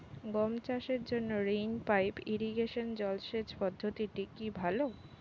গম চাষের জন্য রেইন পাইপ ইরিগেশন জলসেচ পদ্ধতিটি কি ভালো?